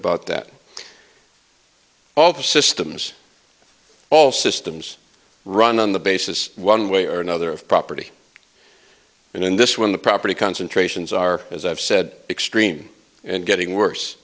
about that all the systems all systems run on the basis one way or another of property and in this one the property concentrations are as i've said extreme and getting worse